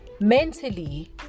mentally